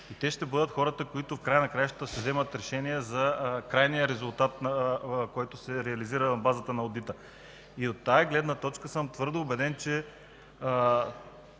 Те ще бъдат хората, които ще вземат решение за крайния резултат, който се реализира на базата на одита. От тази гледна точка съм твърдо убеден, че